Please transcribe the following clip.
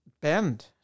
bend